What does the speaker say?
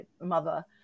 mother